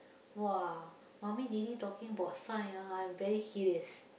!wah! mummy daddy talking about science ah I'm very curious